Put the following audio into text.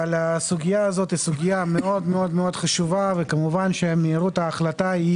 הסוגייה הזאת היא סוגיה מאוד מאוד חשובה וכמובן שמהירות ההחלטה היא